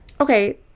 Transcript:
Okay